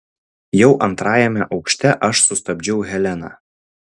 jau antrajame aukšte aš sustabdžiau heleną